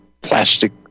plastic